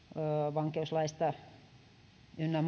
vankeuslakiin ynnä